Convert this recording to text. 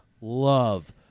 love